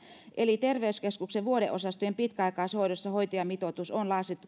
eli terveyskeskuksen vuodeosastojen pitkäaikaishoidossa hoitajamitoitus on